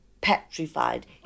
petrified